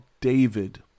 David